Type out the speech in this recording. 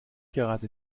gerade